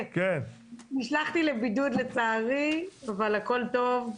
נשלחתי לבידוד לצערי, אבל הכול טוב.